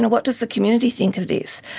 and what does the community think of this?